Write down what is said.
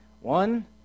one